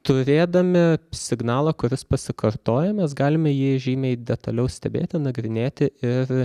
turėdami signalą kuris pasikartoja mes galime jį žymiai detaliau stebėti nagrinėti ir